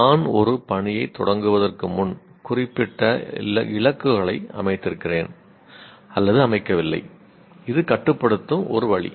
நான் ஒரு பணியைத் தொடங்குவதற்கு முன் குறிப்பிட்ட இலக்குகளை அமைத்திருக்கிறேன் அல்லது அமைக்கவில்லை அது கட்டுப்படுத்தும் ஒரு வழி